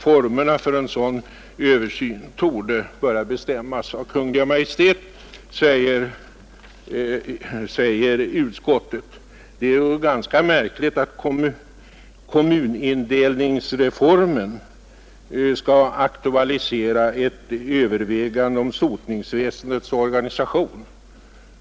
Formerna för en sådan översyn torde böra bestämmas av Kungl. Maj:t.” Det är ganska märkligt att kommunindelningsreformen skall aktualisera ett övervägande om sotningsväsendets organisation.